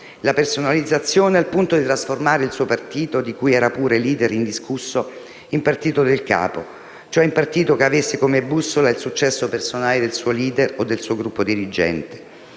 la personalizzazione al punto di trasformare il suo partito, di cui era pure *leader* indiscusso, in "partito del capo", cioè in partito che avesse come bussola il successo personale del suo *leader* o del suo gruppo dirigente.